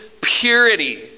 purity